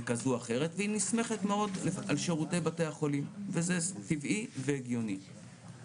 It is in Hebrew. זה נכון לאזור של הפריפריה וזה נכון לירושלים,